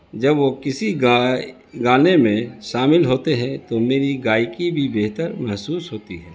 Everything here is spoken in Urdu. جب وہ کسی گائے گانے میں شامل ہوتے ہے تو میری گائیکی بھی بہتر محسوس ہوتی ہے